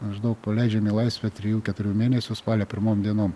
maždaug paleidžiam į laisvę trijų keturių mėnesių spalio pirmom dienom